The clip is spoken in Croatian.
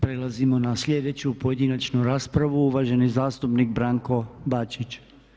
Prelazimo na sljedeću pojedinačnu raspravu, uvaženi zastupnik Branko Bačić.